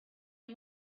you